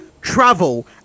travel